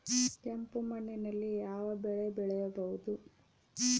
ಕೆಂಪು ಮಣ್ಣಿನಲ್ಲಿ ಯಾವ ಬೆಳೆ ಬೆಳೆಯಬಹುದು?